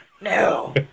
No